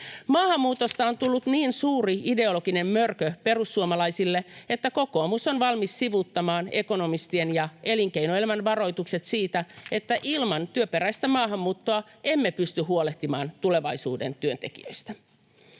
Maahanmuutosta on tullut niin suuri ideologinen mörkö perussuomalaisille, että kokoomus on valmis sivuuttamaan ekonomistien ja elinkeinoelämän varoitukset siitä, että ilman työperäistä maahanmuuttoa emme pysty huolehtimaan tulevaisuuden työntekijöistä.